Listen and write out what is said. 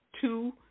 two